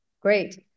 Great